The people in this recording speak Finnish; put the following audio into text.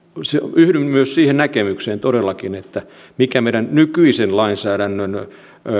yhdyn myös siihen näkemykseen todellakin meidän nykyisen lainsäädännön